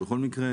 בכל מקרה